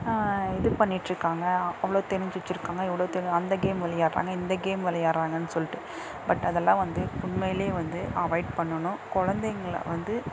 இது பண்ணிகிட்ருக்காங்க அவ்வளோ தெரிஞ்சு வெச்சுருக்காங்க இவ்வளோ தெரி அந்த கேம் விளையாடுகிறாங்க இந்த கேம் விளையாடுகிறாங்கன் சொல்லிட்டு பட் அதெல்லாம் வந்து உண்மையிலே வந்து அவாய்ட் பண்ணணும் கொழந்தைங்கள வந்து